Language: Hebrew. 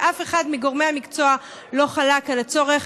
ואף אחד מגורמי המקצוע לא חלק על הצורך